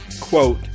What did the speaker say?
quote